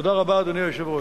תודה רבה, אדוני היושב-ראש.